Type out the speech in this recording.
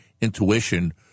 intuition